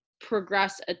progress